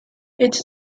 its